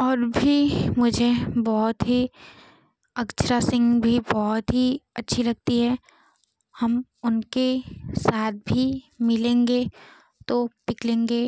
और भी मुझे बहुत ही अक्षरा सिंह भी बहुत ही अच्छी लगती है हम उनके साथ भी मिलेंगे तो पिक लेंगे